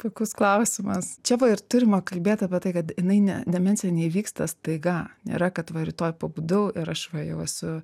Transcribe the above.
puikus klausimas čia va ir turime kalbėt apie tai kad jinai ne demencija neįvyksta staiga nėra kad va rytoj pabudau ir aš va jau esu